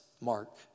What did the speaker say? Mark